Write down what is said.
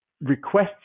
requests